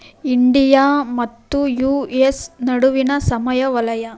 India ಮತ್ತು U S ನಡುವಿನ ಸಮಯ ವಲಯ